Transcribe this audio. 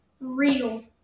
real